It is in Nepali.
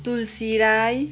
तुलसी राई